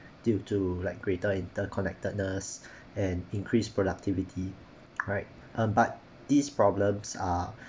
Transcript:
due to like greater interconnectedness and increase productivity alright um but these problems are